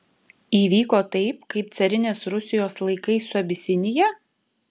įvyko taip kaip carinės rusijos laikais su abisinija